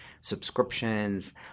subscriptions